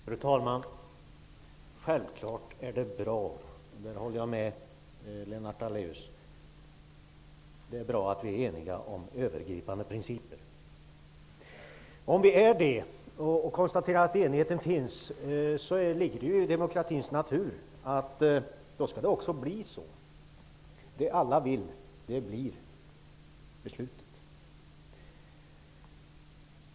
Fru talman! Självfallet är det bra att vi är eniga om övergripande principer. Det håller jag med Lennart Daléus om. Det ligger i demokratins natur att det som alla vill blir beslutat.